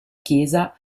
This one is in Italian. chiesa